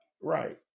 Right